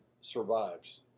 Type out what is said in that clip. survives